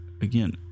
again